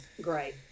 great